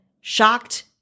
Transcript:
shocked